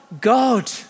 God